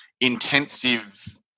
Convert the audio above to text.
intensive